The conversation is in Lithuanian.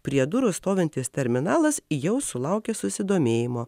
prie durų stovintis terminalas jau sulaukė susidomėjimo